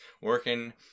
working